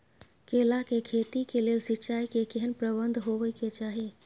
केला के खेती के लेल सिंचाई के केहेन प्रबंध होबय के चाही?